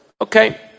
Okay